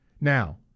Now